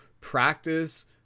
practice